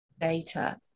data